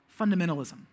fundamentalism